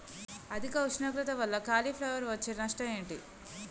అధిక ఉష్ణోగ్రత వల్ల కాలీఫ్లవర్ వచ్చే నష్టం ఏంటి?